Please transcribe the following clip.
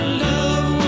love